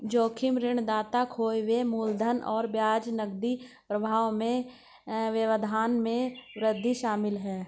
जोखिम ऋणदाता खोए हुए मूलधन और ब्याज नकदी प्रवाह में व्यवधान में वृद्धि शामिल है